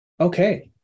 Okay